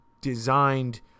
designed